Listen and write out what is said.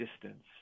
distance